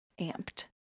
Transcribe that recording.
amped